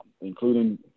including